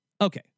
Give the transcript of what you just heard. Okay